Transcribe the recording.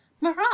Marat